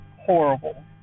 horrible